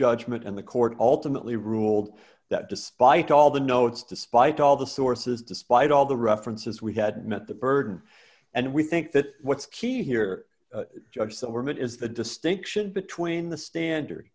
judgment and the court ultimately ruled that despite all the notes despite all the sources despite all the references we had met the burden and we think that what's key here judge somewhere mid is the distinction between the standard